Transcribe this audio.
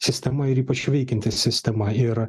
sistema ir ypač veikianti sistema yra